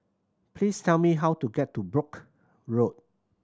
please tell me how to get to Brooke Road